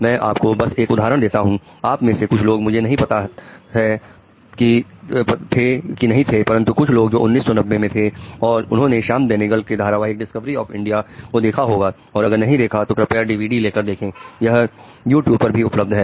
मैं आपको बस एक उदाहरण देता हूं आप में से कुछ लोग मुझे नहीं पता थे कि नहीं थे परंतु कुछ लोग जो 1990 में थे और उन्होंने श्याम बेनेगल के धारावाहिक डिस्कवरी ऑफ इंडिया ले कर देखें और यह यूट्यूब पर भी उपस्थित है